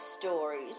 stories